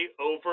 over